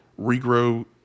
regrow